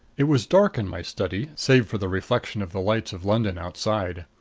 it was dark in my study, save for the reflection of the lights of london outside.